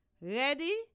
Ready